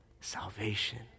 salvation